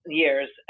years